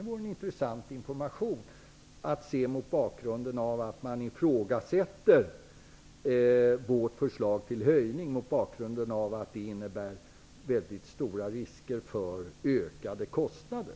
Det vore intressant att få veta, mot bakgrund av att man ifrågasätter vårt förslag till höjning och då det skulle innebära stora risker för ökade kostnader.